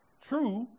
True